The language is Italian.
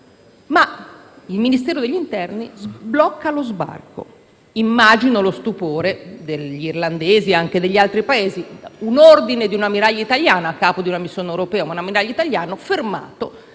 ma il Ministero dell'interno blocca lo sbarco. Immagino lo stupore degli irlandesi e anche degli altri Paesi: un ordine di un ammiraglio italiano (a capo di una missione europea, ma è un ammiraglio italiano) fermato